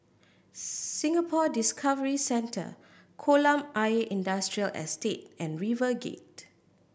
Singapore Discovery Centre Kolam Ayer Industrial Estate and RiverGate